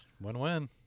Win-win